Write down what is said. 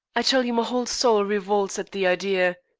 i tell you my whole soul revolts at the idea.